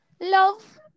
love